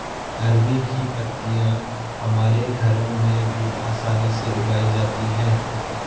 अरबी की पत्तियां हमारे घरों में भी आसानी से उगाई जाती हैं